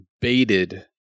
baited